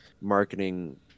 marketing